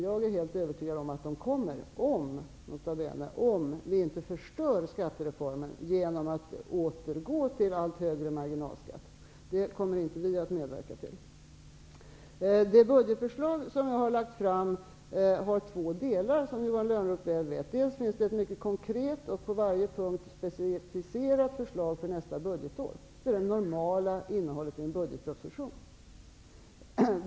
Jag är dock helt övertygad om att dessa kommer, om -- nota bene! -- vi inte förstör skattereformen genom att återgå till allt högre marginalskatter. Något sådant kommer inte vi att medverka till. Det budgetförslag som jag lagt fram har två delar, som Johan Lönnroth väl vet. Först och främst finns det ett mycket konkret och på varje punkt specificerat förslag för nästa budgetår, och det är det normala innehållet i en budgetproposition.